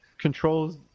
controls